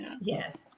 Yes